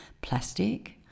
plastic